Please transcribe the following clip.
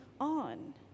on